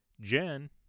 Jen